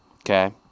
okay